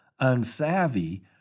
unsavvy